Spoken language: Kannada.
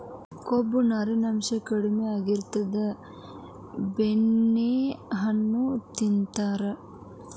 ಕೊಬ್ಬು, ನಾರಿನಾಂಶಾ ಕಡಿಮಿ ಆಗಿತ್ತಂದ್ರ ಬೆಣ್ಣೆಹಣ್ಣು ತಿಂತಾರ